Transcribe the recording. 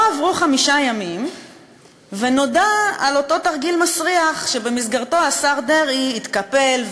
לא עברו חמישה ימים ונודע על אותו תרגיל מסריח שבמסגרתו השר דרעי התקפל,